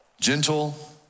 Gentle